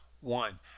one